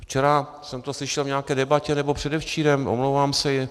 Včera jsem to slyšel v nějaké debatě, nebo předevčírem, omlouvám se.